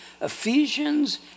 Ephesians